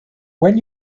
when